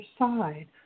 side